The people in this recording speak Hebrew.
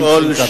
נמצאים כאן.